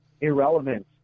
irrelevant